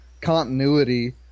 continuity